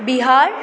Bihar